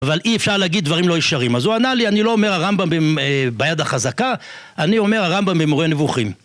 אבל אי אפשר להגיד דברים לא ישרים, אז הוא ענה לי, אני לא אומר הרמב״ם ביד החזקה, אני אומר הרמב״ם במורה נבוכים.